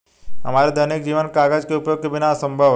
हमारा दैनिक जीवन कागज के उपयोग के बिना असंभव है